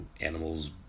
Animals